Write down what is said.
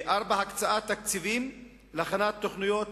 הקצאת תקציבים להכנת תוכניות